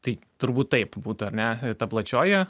tai turbūt taip būtų ar ne ta plačioji